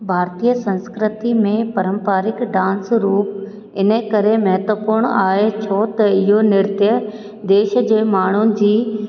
भारतीय संस्कृती में परंपारिक डांस रूप इन करे महत्वपूर्ण आहे छो त इहो नृत्य देश जे माण्हुनि जी